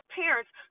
parents